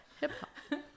hip-hop